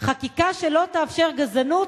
חקיקה שלא תאפשר גזענות